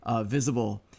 visible